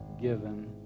given